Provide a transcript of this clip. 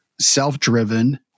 self-driven